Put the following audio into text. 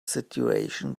situation